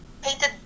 painted